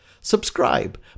Subscribe